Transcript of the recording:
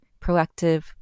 proactive